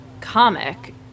comic